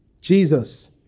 Jesus